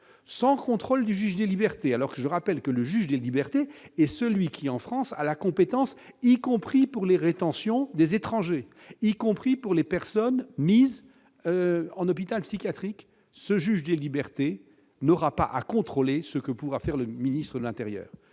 sans contrôle du juge des libertés, alors je rappelle que le juge des libertés et celui qui, en France, à la compétence, y compris pour les rétention des étrangers, y compris pour les personnes mises en hôpital psychiatrique, ce juge des libertés n'aura pas à contrôler ce que pourra faire le ministre de l'Intérieur,